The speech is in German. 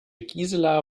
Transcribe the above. gisela